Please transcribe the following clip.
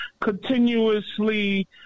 continuously